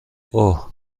اوه